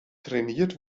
trainiert